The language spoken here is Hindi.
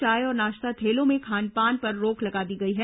चाय और नाश्ता ठेलों में खानपान पर रोक लगा दी गई है